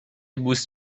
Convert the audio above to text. بوس